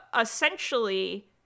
essentially